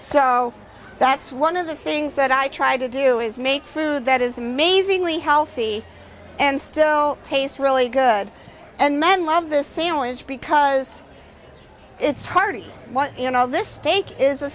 so that's one of the things that i try to do is make food that is amazingly healthy and still tastes really good and men love the sandwich because it's hearty and all this steak is a